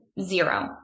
Zero